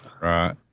Right